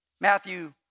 Matthew